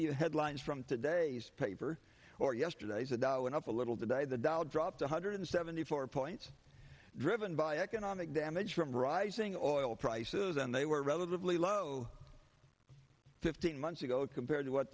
the headlines from today's paper or yesterday's and when up a little today the dow dropped one hundred seventy four points driven by economic damage from rising oil prices and they were relatively low fifteen months ago compared to what